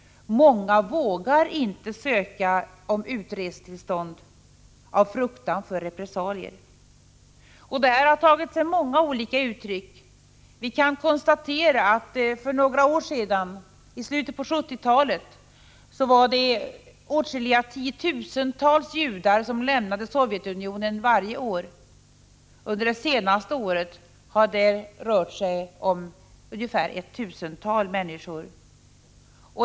Många vågar inte söka utresetillstånd av fruktan för repressalier. Detta har tagit sig många olika uttryck. Vi kan konstatera att för några år sedan, i slutet av 1970-talet, var det åtskilliga tiotusental judar som lämnade Sovjetunionen varje år, men under det senaste året har det rört sig om ungefär ett tusental människor.